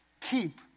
Keep